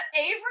avery